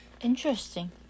Interesting